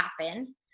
happen